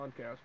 podcast